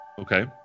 Okay